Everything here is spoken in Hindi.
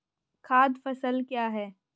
खाद्य फसल क्या है?